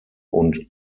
und